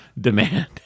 demand